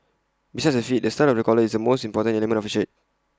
besides the fit the style of the collar is the most important element of A shirt